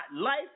life